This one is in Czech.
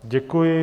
Děkuji.